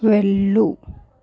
వెళ్ళు